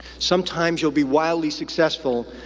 sometimes, you'll be wildly successful,